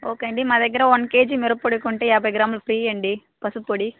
okay అండి మా దగ్గర వన్ కేజీ మిరప్పొడి కొంటే యాభై గ్రాములు ఫ్రీ అండి పసుపు పొడి